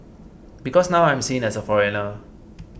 because now I'm seen as a foreigner